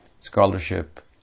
scholarship